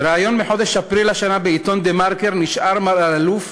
בריאיון בחודש אפריל השנה בעיתון "דה-מרקר" נשאל מר אלאלוף